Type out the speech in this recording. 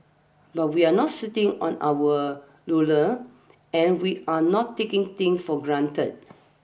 but we're not sitting on our laurel and we're not taking things for granted